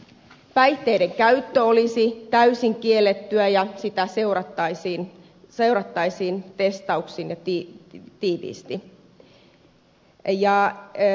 päihteiden käyttö olisi täysin kiellettyä ja sitä seurattaisiin testauksin ja tiiviisti